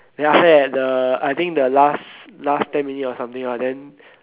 then after that the I think the last last ten minutes or something like then